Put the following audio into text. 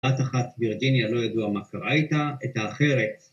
‫בת אחת, וירג'יניה, ‫לא ידוע מה קרה איתה, את האחרת...